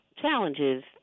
challenges